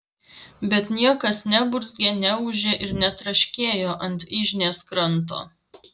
bet niekas neburzgė neūžė ir netraškėjo ant yžnės kranto